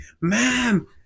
ma'am